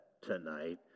tonight